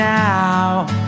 now